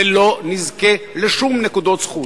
ולא נזכה לשום נקודות זכות.